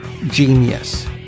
genius